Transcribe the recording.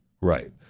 Right